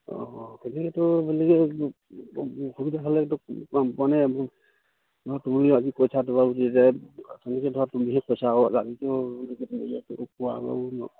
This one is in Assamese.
অঁ তেনেকৈতো বুলি অসুবিধা হ'লেতো অঁ মানে মোৰ ধৰা তুমি আজি কৈছা তোমাৰ বুলি নিজে এনেকৈ ধৰা তুমিহে কৈছা আৰু বেলেগেতো এনেকৈ কোৱা বাৰু নাই